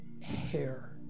hair